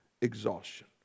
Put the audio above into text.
exhaustion